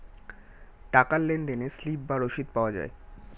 টাকার লেনদেনে স্লিপ বা রসিদ পাওয়া যায়